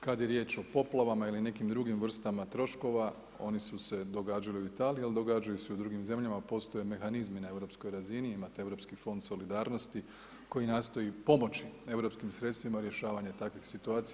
Kad je riječ o poplavama ili nekim drugim vrstama troškova, oni su se događali u Italiji, ali događaju se i u drugim zemljama, postoje mehanizmi na europskoj razini, imate europski fond solidarnosti koji nastoji pomoći europskim sredstvima rješavanje takvih situacija.